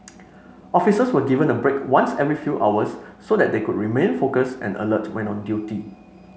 officers were given a break once every few hours so that they could remain focused and alert when on duty